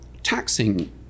taxing